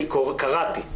אני קראתי.